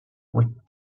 with